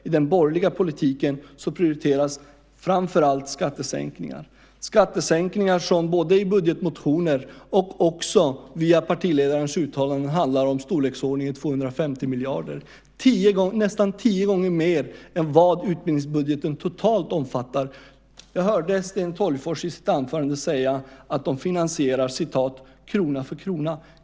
I den borgerliga politiken prioriteras framför allt skattesänkningar, skattesänkningar som både i budgetmotioner och via partiledarens uttalanden handlar om storleksordningen 250 miljarder. Det är nästan tio gånger mer än vad utbildningsbudgeten omfattar totalt. Jag hörde Sten Tolgfors säga i sitt anförande att de finansierar krona för krona.